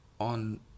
on